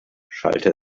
schallte